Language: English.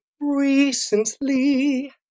recently